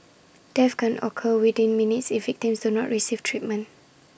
death can occur within minutes if victims do not receive treatment